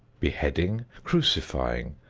beheading, crucifying,